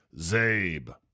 Zabe